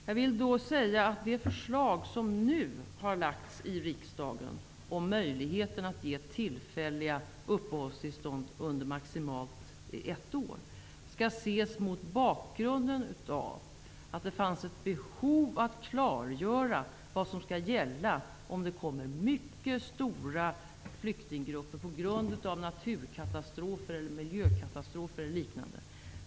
Jag vill då säga att det förslag som nu har lagts fram i riksdagen, om möjligheten att ge tillfälliga uppehållstillstånd under maximalt ett år, skall ses mot bakgrund av att det fanns ett behov att klargöra vad som skall gälla om det kommer mycket stora flyktinggrupper på grund av naturkatastrofer, miljökatastrofer eller liknande.